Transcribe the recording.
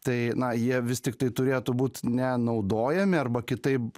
tai na jie vis tiktai turėtų būt nenaudojami arba kitaip